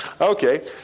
Okay